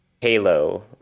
halo